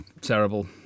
terrible